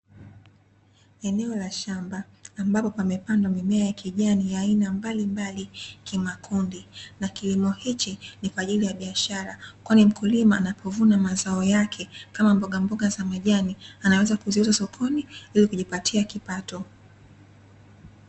Eneo la shamba ambapo pamepandwa mimea ya kijani ya aina mbalimbali kimakundi na kilimo hichi ni kwa ajili ya biashara kwani mkulima anapovuna mazao yake kama mboga mboga za majani anaweza kuziuza sokoni ili kujipatia kipato.